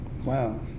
Wow